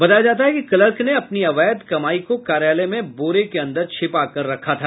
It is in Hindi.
बताया जाता है कि क्लर्क ने अपनी अवैध कमाई को कार्यालय में बोरे के अन्दर छिपा कर रखा था